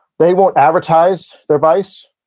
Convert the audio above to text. they won't advertise their vice.